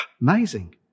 Amazing